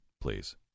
please